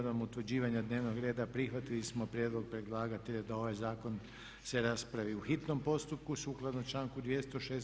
Prigodom utvrđivanja dnevnog reda prihvatili smo prijedlog predlagatelja da ovaj zakon se raspravi u hitnom postupku sukladno članku 206.